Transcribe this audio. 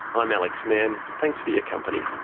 i'm alex mann, thanks for your company